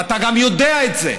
ואתה יודע גם את זה.